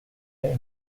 their